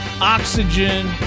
Oxygen